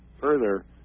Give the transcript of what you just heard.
further